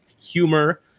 humor